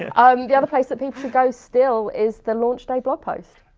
and um the other place that people can go still, is the launch day blog post.